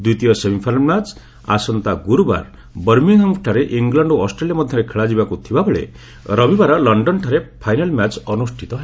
ଦ୍ୱିତୀୟ semifinal match ଆସନ୍ତା ଗୁରୁବାର ବର୍ମିଙ୍ଗ୍ହାମ୍ଠାରେ ଇଂଲଣ୍ଡ ଓ ଅଷ୍ଟ୍ରେଲିଆ ମଧ୍ୟରେ ଖେଳାଯିବାକୁ ଥିବାବେଳେ ରବିବାର ଲଣ୍ଡନଠାରେ ଫାଇନାଲ୍ ମ୍ୟାଚ୍ ଅନୁଷ୍ଠିତ ହେବ